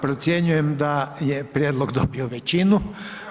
Procjenjujem da je prijedlog dobio većinu.